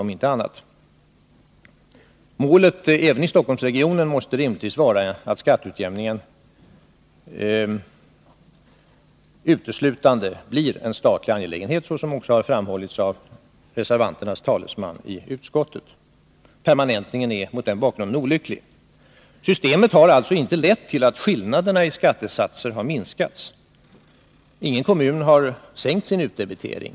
Målet måste rimligtvis även i Stockholmsregionen vara att skatteutjämningen uteslutande blir en statlig angelägenhet, såsom också har framhållits av reservanternas talesman i utskottet. Permanentningen är mot den bakgrunden olycklig. Systemet har alltså inte lett till att skillnaderna i skattesatser har minskats. Ingen kommun har sänkt sin utdebitering.